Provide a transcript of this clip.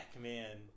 man